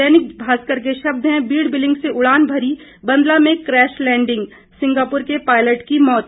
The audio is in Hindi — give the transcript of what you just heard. दैनिक भास्कर के शब्द हैं बीड़ बिलिंग से उड़ान भरी बंदला में कैश लैडिंग सिंगापुर के पायलट की मौत